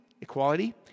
equality